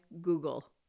Google